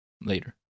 later